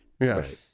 Yes